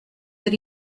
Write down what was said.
that